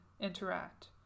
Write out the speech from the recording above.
interact